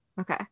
Okay